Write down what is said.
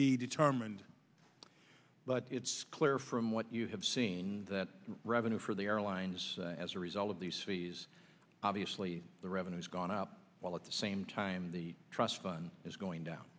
be determined but it's clear from what you have seen that revenue for the airlines as a result of these fees obviously the revenues gone up while at the same time the trust fund is going down